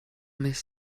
mich